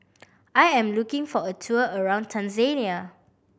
I am looking for a tour around Tanzania